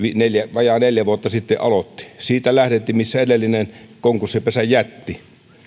vajaa neljä vuotta sitten aloitti siitä lähdettiin mihin edellinen konkurssipesän jätti